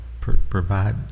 provide